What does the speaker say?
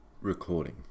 recording